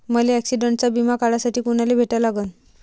मले ॲक्सिडंटचा बिमा काढासाठी कुनाले भेटा लागन?